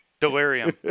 Delirium